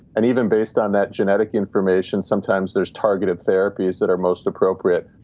and even based on that genetic information, sometimes there's targeted therapies that are most appropriate.